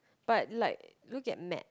but like look at Matt